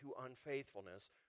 unfaithfulness